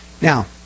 Now